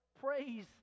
praise